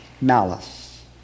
malice